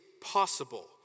possible